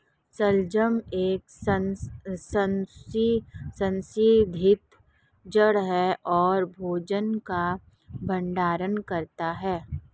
शलजम एक संशोधित जड़ है और भोजन का भंडारण करता है